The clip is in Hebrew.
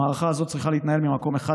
המערכה הזאת צריכה להתנהל ממקום אחד,